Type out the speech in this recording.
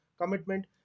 commitment